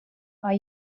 are